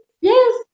Yes